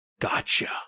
Gotcha